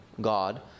God